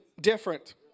different